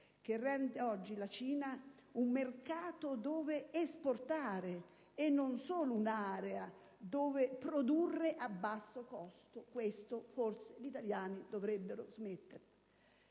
cinese rende oggi la Cina un mercato dove esportare, non solo un'area dove produrre a basso costo; questo forse gli italiani dovrebbero